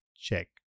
Check